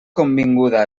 convinguda